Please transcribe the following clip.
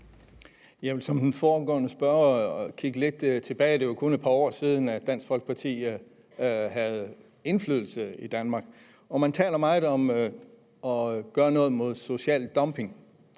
(SF): Som den foregående spørger, der kiggede lidt tilbage, sagde, er det jo kun et par år siden, Dansk Folkeparti havde indflydelse i Danmark, og man taler meget om at gøre noget mod social dumping.